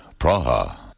Praha